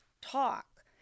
talk